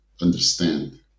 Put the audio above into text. understand